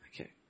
Okay